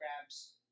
grabs